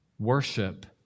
Worship